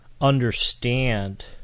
understand